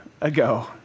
ago